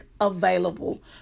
available